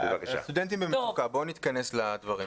הסטודנטים במצוקה, בואו נתכנס לדברים.